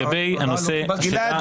אבל לא קיבלתי תשובה.